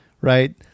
right